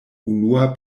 unua